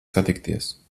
satikties